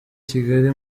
kigali